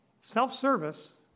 Self-service